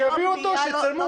שיביא אותו ויצלמו.